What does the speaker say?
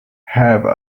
have